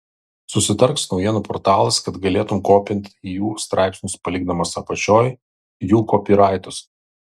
susitark su naujienų portalais kad galėtum kopint jų straipsnius palikdamas apačioj jų kopyraitus